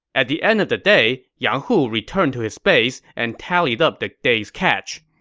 at the end of the day, yang hu returned to his base and tallied up the day's catch.